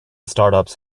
startups